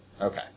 Okay